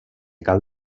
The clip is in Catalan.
cal